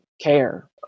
care